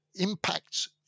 impacts